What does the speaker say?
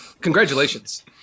Congratulations